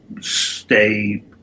stay